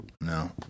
no